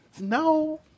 No